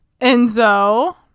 Enzo